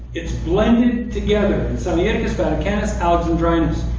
it's blended together. and sinaiticus, vaticanus, alexandrinus.